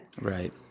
Right